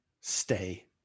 Stay